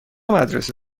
مدرسه